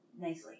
Nicely